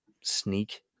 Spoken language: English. sneak